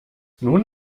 nun